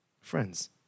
Friends